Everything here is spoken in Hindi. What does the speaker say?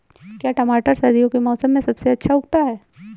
क्या टमाटर सर्दियों के मौसम में सबसे अच्छा उगता है?